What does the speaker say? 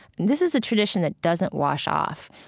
this is a tradition that doesn't wash off.